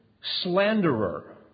slanderer